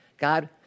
God